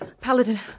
Paladin